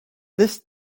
this